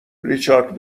ریچارد